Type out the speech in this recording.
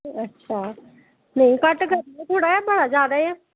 अच्छा नेईं घट्ट करी लैओ थोह्ड़ा जेहा बड़ा जैदा ऐ